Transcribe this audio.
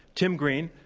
tim green,